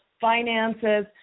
finances